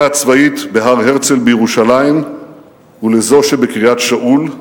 הצבאית בהר-הרצל בירושלים ולזו שבקריית-שאול,